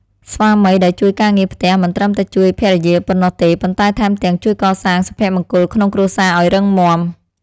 ស្វាមីដែលជួយការងារផ្ទះមិនត្រឹមតែជួយភរិយាប៉ុណ្ណោះទេ ប៉ុន្តែថែមទាំងជួយកសាងសុភមង្គលក្នុងគ្រួសារឱ្យរឹងមាំ។